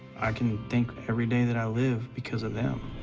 i can thank every day that i live because of them.